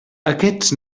aquests